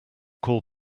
call